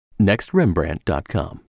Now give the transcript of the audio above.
NextRembrandt.com